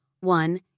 one